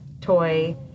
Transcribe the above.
toy